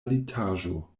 litaĵo